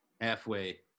halfway